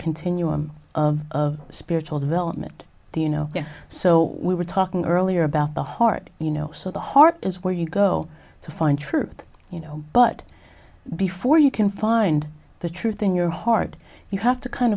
continuum of of spiritual development you know so we were talking earlier about the heart you know so the heart is where you go to find truth you know but before you can find the truth in your heart you have to kind